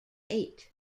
eight